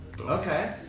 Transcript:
Okay